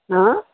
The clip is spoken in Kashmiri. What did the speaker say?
ہاں